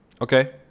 Okay